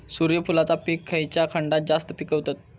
सूर्यफूलाचा पीक खयच्या खंडात जास्त पिकवतत?